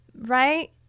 right